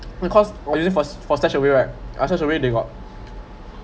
because it is for for such a way right uh such a way they got